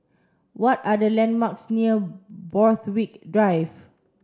what are the landmarks near Borthwick Drive